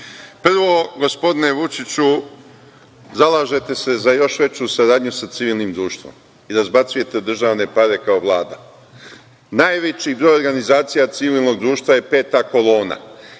gospodine Vučiću, zalažete se za još veću saradnju sa civilnim društvom i razbacujete državne pare kao Vlada. Najveći broj organizacija civilnog društva je Peta kolona.